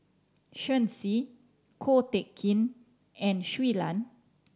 Shen Xi Ko Teck Kin and Shui Lan